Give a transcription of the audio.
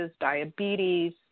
diabetes